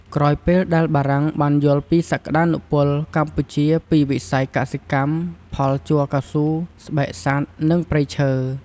ក្រោយពេលដែលបារាំងបានយល់ពីសក្ដានុពលកម្ពុជាពីវិស័យកសិកម្ម ផលជ័រកៅស៊ូ ស្បែកសត្វ និងព្រៃឈើ ។